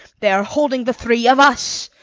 they are holding the three of us.